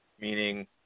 meaning